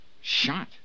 Shot